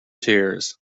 tears